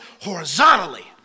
horizontally